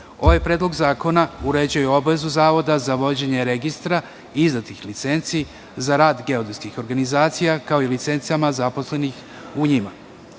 Ovaj predlog zakona uređuje obavezu zavoda za vođenje registra, izdatih licenci za rad geodetskih organizacija, kao i licencama zaposlenih u njima,